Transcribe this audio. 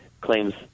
Claims